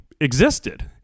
existed